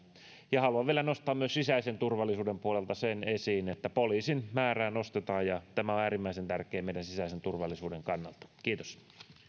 ja haluan vielä nostaa myös sisäisen turvallisuuden puolelta esiin sen että poliisien määrää nostetaan tämä on äärimmäisen tärkeää meidän sisäisen turvallisuuden kannalta kiitos